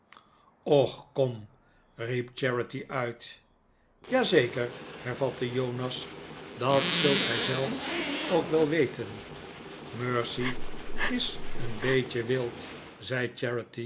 kom riep charity uhv ja zeker hervatte jonas dat zult gij zelf ook wel weten mercy is een beetje wild